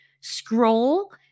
scroll